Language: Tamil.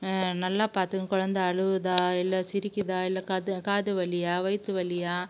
நல்லா பார்த்துக்குணும் குழந்த அழுவுதா இல்லை சிரிக்கிதா இல்லை கது காது வலியா வயிற்று வலியா